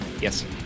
yes